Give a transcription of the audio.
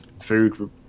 food